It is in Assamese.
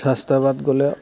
স্বাস্থ্যসেৱাত গ'লে